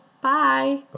bye